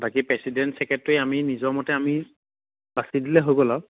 বাকী president secretary আমি নিজৰ মতে আমি বাচি দিলে হৈ গ'ল আৰু